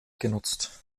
genutzt